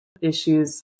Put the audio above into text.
issues